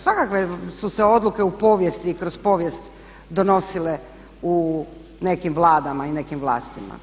Svakakve su se odluke u povijesti i kroz povijest donosile u nekim Vladama i nekim vlastima.